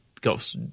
got